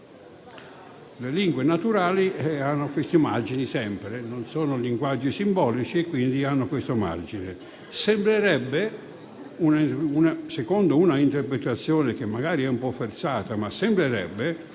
Le lingue naturali hanno questi margini sempre. Non sono linguaggi simbolici e quindi hanno questo margine. Sembrerebbe, secondo un'interpretazione magari un po' forzata, che